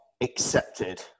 accepted